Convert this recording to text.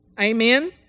Amen